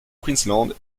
queensland